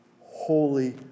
Holy